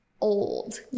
old